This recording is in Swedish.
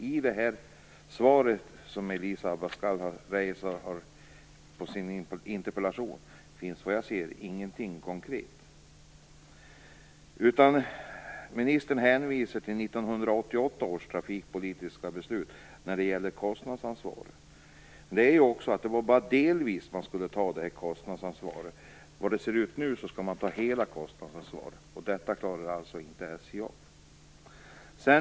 I det svar som Elisa Abascal Reyes har fått på sin interpellation finns såvitt jag ser ingenting konkret, utan ministern hänvisar när det gäller kostnadsansvaret till 1988 års trafikpolitiska beslut. Så som det ser ut nu skall SJ ta hela kostnadsansvaret, och det klarar inte SJ av.